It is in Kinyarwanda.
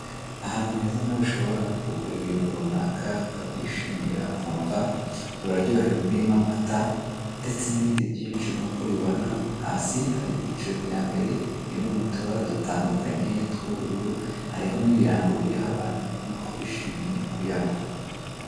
Ahantu heza nawe ushobora kugura ibintu runaka ukabyishimira ukumva uraryohewe birimo amata ndeste n'ibindi byinshi nkuko ubibona hasi hari ibyiciro byambere biri m'utubara dutandukanye tw'ubururu hariho n'ibirango biriho abantu ubonako bishimiye kuyanywa.